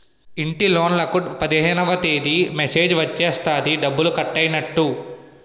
ఇంటిలోన్లకు పదిహేనవ తేదీ మెసేజ్ వచ్చేస్తది డబ్బు కట్టైనట్టు